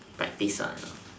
practice la